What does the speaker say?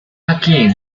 aquí